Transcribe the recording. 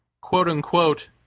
quote-unquote